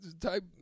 type